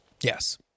Yes